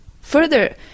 Further